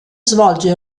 svolge